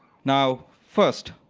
now, first,